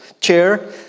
chair